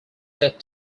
set